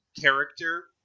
character